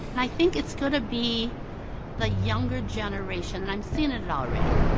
i think it's going to be a younger generation and i'm seeing it and already.